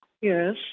Yes